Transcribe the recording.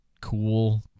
cool